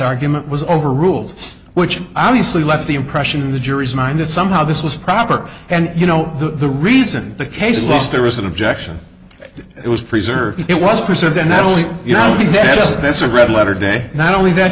argument was over rules which obviously left the impression in the jury's mind that somehow this was proper and you know the the reason the case was there was an objection that it was preserved it was preserved and not only the mess that's a red letter day not only that